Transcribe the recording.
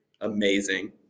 amazing